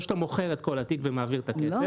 או שאתה מוכר את כל התיק ומעביר את הכסף,